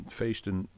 feesten